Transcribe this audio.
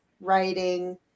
writing